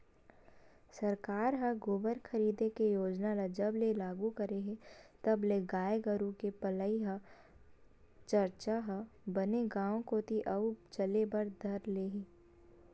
सरकार ह गोबर खरीदे के योजना ल जब ले लागू करे हे तब ले गाय गरु के पलई के चरचा ह बने गांव कोती अउ चले बर धर ले हे